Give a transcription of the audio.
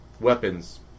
Weapons